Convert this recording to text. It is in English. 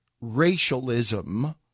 racialism